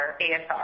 ASR